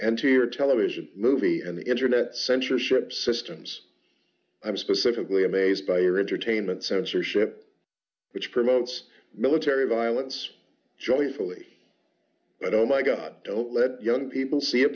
terror television movie and the internet censorship systems i'm specifically amazed by your entertainment censorship which promotes military violence joyfully but oh my god don't let young people see a